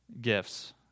gifts